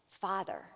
Father